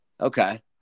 Okay